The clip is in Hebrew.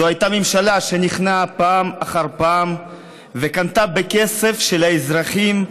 זאת הייתה ממשלה שנכנעה פעם אחר פעם וקנתה בכסף של האזרחים,